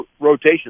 rotation